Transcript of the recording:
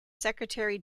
secretary